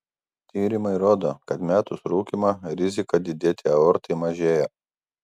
tyrimai rodo kad metus rūkymą rizika didėti aortai mažėja